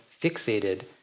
fixated